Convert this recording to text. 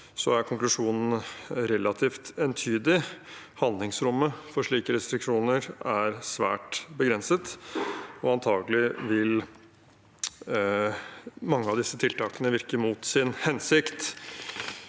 er konklusjonen relativt entydig: Handlingsrommet for slike restriksjoner er svært begrenset. Antakelig vil mange av disse tiltakene virke mot sin hensikt.